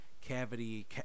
Cavity